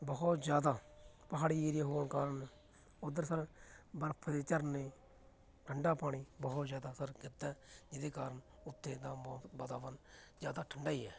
ਬਹੁਤ ਜ਼ਿਆਦਾ ਪਹਾੜੀ ਏਰੀਆ ਹੋਣ ਕਾਰਨ ਉੱਧਰ ਸਰ ਬਰਫ ਦੇ ਝਰਨੇ ਠੰਡਾ ਪਾਣੀ ਬਹੁਤ ਜ਼ਿਆਦਾ ਸਰ ਗਿਰਦਾ ਜਿਹਦੇ ਕਾਰਨ ਉੱਥੇ ਦਾ ਮੌ ਵਾਤਾਵਰਨ ਜ਼ਿਆਦਾਤਰ ਠੰਡਾ ਹੀ ਹੈ